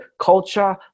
culture